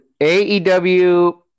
AEW